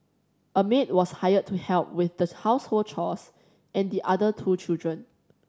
a maid was hired to help with the household chores and the other two children